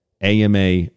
AMA